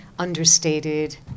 understated